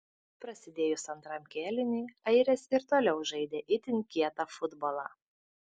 prasidėjus antram kėliniui airės ir toliau žaidė itin kietą futbolą